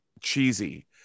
cheesy